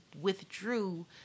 withdrew